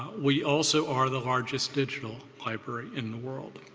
we also are the largest digital library in the world.